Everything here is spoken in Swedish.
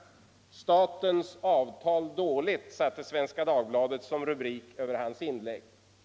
”Statens avtal dåligt”, satte Svenska Dagbladet som rubrik över hans inlägg.